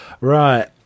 Right